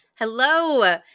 Hello